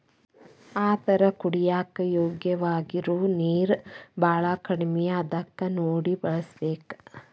ಆದರ ಕುಡಿಯಾಕ ಯೋಗ್ಯವಾಗಿರು ನೇರ ಬಾಳ ಕಡಮಿ ಅದಕ ನೋಡಿ ಬಳಸಬೇಕ